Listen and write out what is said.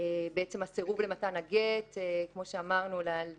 הסירוב למתן הגט הוא גם